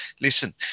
listen